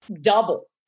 double